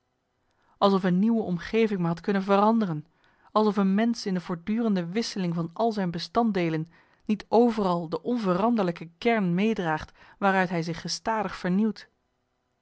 alsof een nieuwe omgeving me had kunnen veranderen alsof een mensch in de voortdurende wisseling van al zijn bestanddeelen niet overal de onveranderlijke kern meedraagt waaruit hij zich gestadig vernieuwt